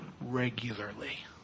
regularly